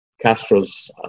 Castro's